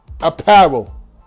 Apparel